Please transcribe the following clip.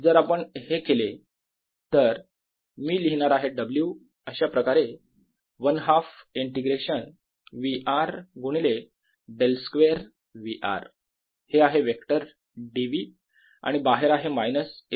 जर आपण हे केले तर मी लिहिणार आहे W अशाप्रकारे 1 हाफ इंटिग्रेशन V r गुणिले डेल स्क्वेअर V r हे आहे वेक्तर dV आणि बाहेर आहे मायनस ε0